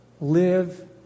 live